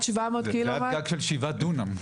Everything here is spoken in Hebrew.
זה עד גג של שבעה דונם.